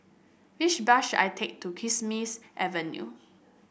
which bus should I take to Kismis Avenue